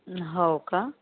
हाओ का